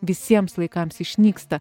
visiems laikams išnyksta